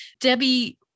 Debbie